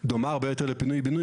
דומה הרבה יותר לפינוי בינוי,